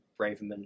Braverman